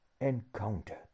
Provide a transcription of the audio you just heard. encounter